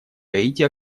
гаити